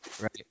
Right